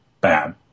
bad